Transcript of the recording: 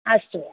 अस्तु